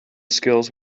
skills